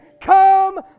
Come